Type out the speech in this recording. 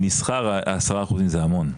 במסחר 10 אחוזים זה המון.